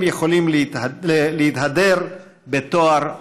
הם יכולים להתהדר בתואר אדם.